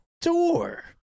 door